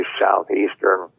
Southeastern